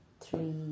three